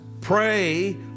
pray